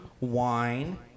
wine